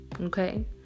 okay